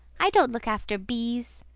i don't look after bees.